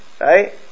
Right